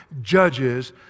judges